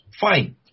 fine